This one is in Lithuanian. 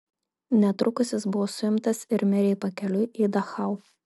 netrukus jis buvo suimtas ir mirė pakeliui į dachau